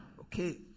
Okay